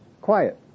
quiet